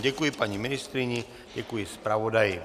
Děkuji paní ministryni, děkuji zpravodaji.